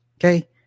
okay